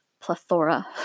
plethora